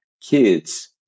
kids